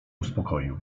uspokoił